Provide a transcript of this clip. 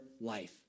life